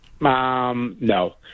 No